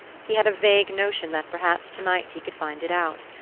he had a vague notion that perhaps to-night he could find it out.